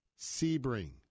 Sebring